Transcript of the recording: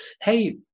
hey